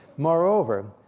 moreover,